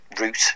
route